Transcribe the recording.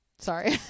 Sorry